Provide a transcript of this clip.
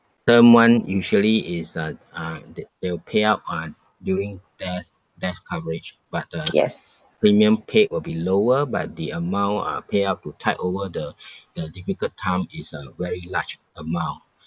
term [one] usually is uh uh th~ they will pay out on during death death coverage but the premium paid will be lower but the amount uh payout to tide over the the difficult time is a very large amount